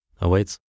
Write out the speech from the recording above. awaits